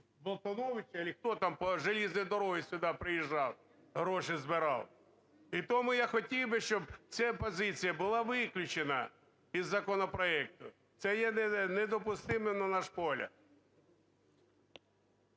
сертифікації… чи хто там по залізній дорогі сюди приїжджав, гроші збирав. І тому я хотів би, щоб ця позиція була виключена із законопроекту. Це є недопустимим на наш погляд.